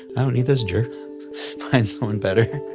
i don't need this jerk find someone better.